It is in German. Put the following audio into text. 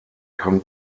kann